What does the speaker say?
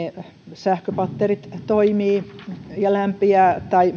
sähköpatterit toimivat ja lämpiävät tai